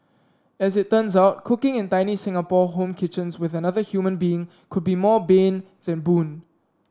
as it turns out cooking in tiny Singapore home kitchens with another human being could be more bane than boon